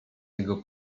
jego